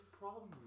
problem